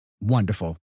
wonderful